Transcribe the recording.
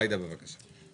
ג'ידא, בבקשה.